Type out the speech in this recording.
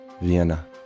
Vienna